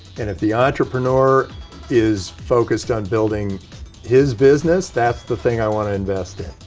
and if the entrepreneur is focused on building his business, that's the thing i want to invest in.